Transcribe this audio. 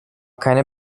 keine